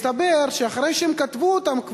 מסתבר שאחרי שהם כבר כתבו אותם,